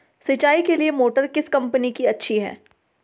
सिंचाई के लिए मोटर किस कंपनी की अच्छी है?